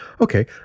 Okay